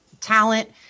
talent